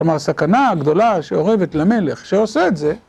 כלומר, הסכנה הגדולה שאורבת למלך שעושה את זה,